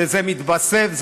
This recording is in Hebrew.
שזה מתווסף,